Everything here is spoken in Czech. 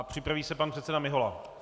Připraví se pan předseda Mihola.